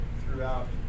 throughout